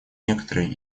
некоторые